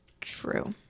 True